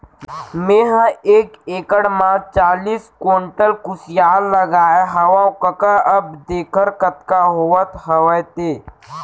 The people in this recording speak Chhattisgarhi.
मेंहा एक एकड़ म चालीस कोंटल कुसियार लगाए हवव कका अब देखर कतका होवत हवय ते